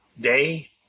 day